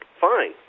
Fine